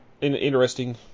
Interesting